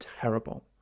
terrible